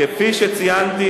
כפי שציינתי